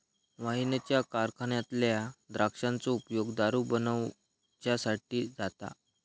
वाईनच्या कारखान्यातल्या द्राक्षांचो उपयोग दारू बनवच्यासाठी जाता